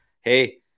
Hey